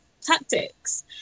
tactics